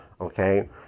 okay